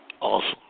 Awesome